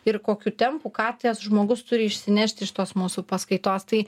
ir kokiu tempu ką tes žmogus turi išsinešti iš tos mūsų paskaitos tai